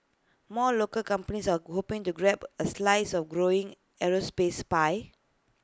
more local companies are hoping to grab A slice of growing aerospace pie